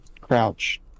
crouch